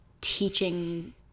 teaching